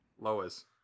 Lois